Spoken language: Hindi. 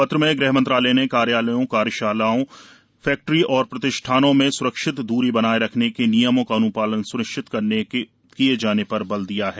पत्र में गृहमंत्रालय ने कार्यालयों कार्यशालाओं फैक्ट्री और प्रतिष्ठानों में स्रक्षित दूरी बनाए रखने के नियमों का अन्पालन स्निश्चित कराए जाने पर बल दिया है